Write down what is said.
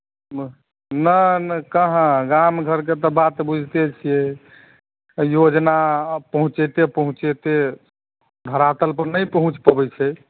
नहि नहि कहाँ गाम घरके तऽ बात बुझिते छियै योजना पहुँचैते पहुँचैते धरातलपर नहि पहुँच पबैत छै